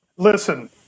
Listen